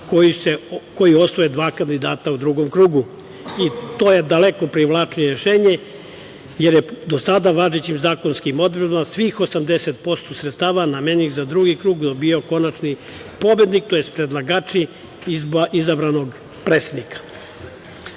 koji osvoje dva kandidata u drugom krugu, i to je daleko privlačnije rešenje, jer je do sada važećim zakonskim odredbama svih 80% sredstava namenih za drugi krug dobijao konačni pobednik tj. predlagači izabranog predsednika. Pored